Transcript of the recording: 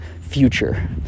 future